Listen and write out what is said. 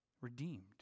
Redeemed